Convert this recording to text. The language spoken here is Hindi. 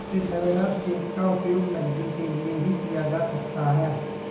ट्रैवेलर्स चेक का उपयोग नकदी के लिए भी किया जा सकता है